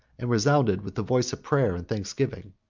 and resounded with the voice of prayer and thanksgiving.